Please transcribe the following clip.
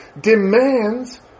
demands